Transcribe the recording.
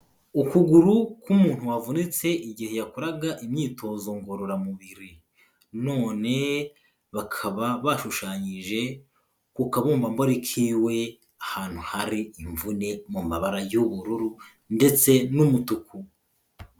Ukuguru k'umuntu wavunitse igihe yakoraga imyitozo ngororamubiri none bakaba bashushanyije ku kabumbambari kiwe, ahantu hari imvune mu mabara y'ubururu ndetse n'umutuku.